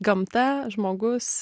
gamta žmogus